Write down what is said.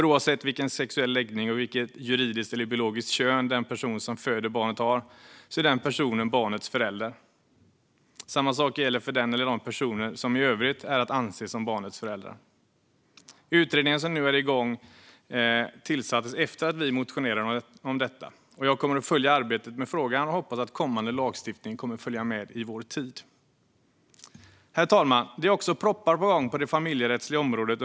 Oavsett vilken sexuell läggning och vilket juridiskt eller biologiskt kön den person som föder barnet har är ju den personen barnets förälder. Samma sak gäller för den eller de personer som i övrigt är att anse som barnets föräldrar. Utredningen som nu är igång tillsattes efter att vi motionerat om detta. Jag kommer att följa arbetet med frågan och hoppas att kommande lagstiftning kommer att följa med i vår tid. Herr talman! Det är också under våren propositioner på gång på det familjerättsliga området.